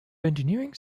engineering